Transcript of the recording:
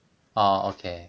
orh okay